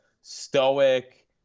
stoic